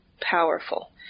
powerful